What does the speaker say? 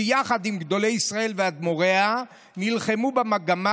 שיחד עם גדולי ישראל ואדמו"ריו נלחמו במגמה